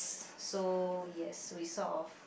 so yes we sort of